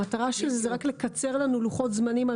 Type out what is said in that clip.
המטרה של זה היא רק לקצר לנו לוחות זמנים על